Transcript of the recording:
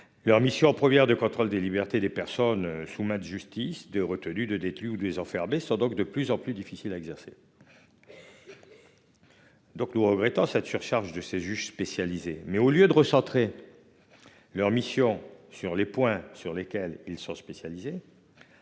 Leur mission première de contrôle des libertés des personnes sous main de justice de retenue de détenus ou de les enfermer sont donc de plus en plus difficile à exercer. Donc nous regrettons cette surcharge de ces juges spécialisés mais au lieu de recentrer. Leurs missions, sur les points sur lesquels ils sont spécialisés.